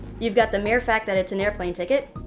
you've got the mere fact that it's an airplane ticket,